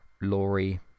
Laurie